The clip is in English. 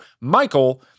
Michael